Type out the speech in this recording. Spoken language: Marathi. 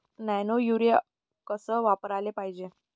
नैनो यूरिया कस वापराले पायजे?